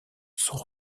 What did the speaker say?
sont